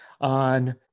on